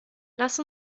lass